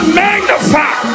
magnify